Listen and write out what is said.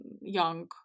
young